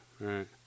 right